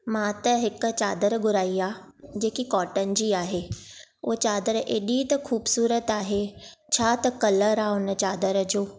मां त हिकु चादर घुराई आहे जेकी कॉटन जी आहे उहा चादर हेॾी ख़ूबसूरत आहे छा त कलर आहे हुन चादर जो